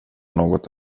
något